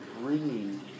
bringing